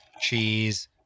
cheese